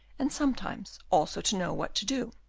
and sometimes also to know what to do.